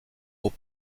aux